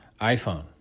iPhone